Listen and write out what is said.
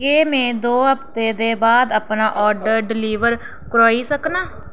केह् में दो हफ्तें दे बाद अपना आर्डर डलीवर करोआई सकनां